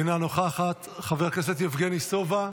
אינה נוכחת, חבר הכנסת יבגני סובה,